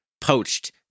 poached